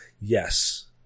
Yes